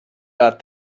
got